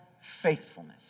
faithfulness